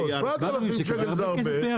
אני